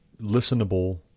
listenable